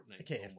Okay